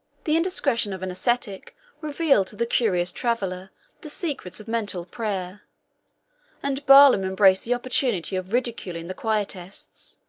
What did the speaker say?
the indiscretion of an ascetic revealed to the curious traveller the secrets of mental prayer and barlaam embraced the opportunity of ridiculing the quietists,